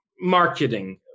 marketing